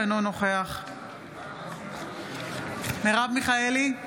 אינו נוכח מרב מיכאלי,